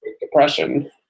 depression